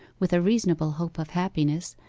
with a reasonable hope of happiness,